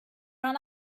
run